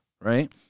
right